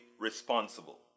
responsible